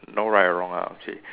no right or wrong lah okay